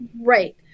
right